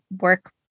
work